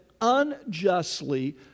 unjustly